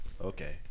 Okay